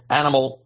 animal